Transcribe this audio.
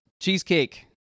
cheesecake